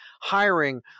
hiring